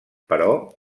però